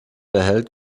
erhält